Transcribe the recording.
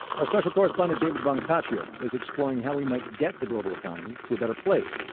our special correspondent david brancaccio is exploring how we might get the global economy to a better place.